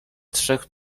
trzech